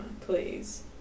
please